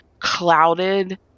clouded